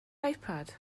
ipad